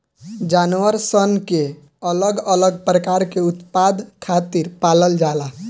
जानवर सन के अलग अलग प्रकार के उत्पाद खातिर पालल जाला